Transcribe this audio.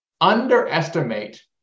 underestimate